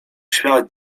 świat